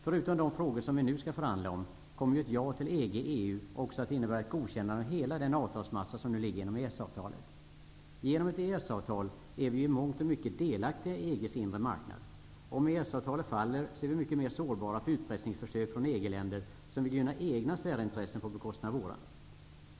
Förutom de frågor som vi nu skall förhandla om kommer ju ett ja till EG/EU också att innebära ett godkännande av hela den avtalsmassa som nu ligger inom EES-avtalet. Genom ett EES avtal är vi ju i mångt och mycket delaktiga i EG:s inre marknad. Om EES-avtalet faller är vi mycket mera sårbara för utpressningsförsök från EG länder som vill gynna egna särintressen på bekostnad av våra.